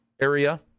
area